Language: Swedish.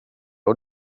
och